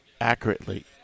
accurately